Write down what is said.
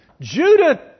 Judah